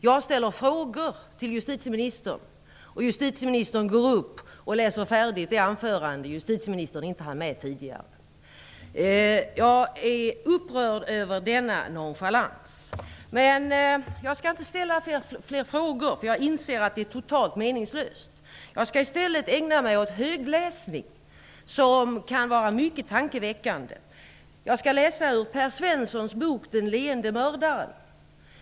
Jag ställde frågor till justitieministern som gick upp och läste färdigt sitt anförande, vilket hon tidigare inte hann med. Jag är upprörd över denna nonchalans. Men jag skall inte ställa fler frågor, för jag inser att det är totalt meningslöst. Jag skall i stället ägna mig åt en mycket tankeväckande högläsning ur Per Svenssons bok Den leende mördaren.